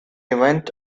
event